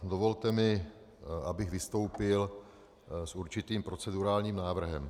Dovolte mi, abych vystoupil s určitým procedurálním návrhem.